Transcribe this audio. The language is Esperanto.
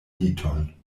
liton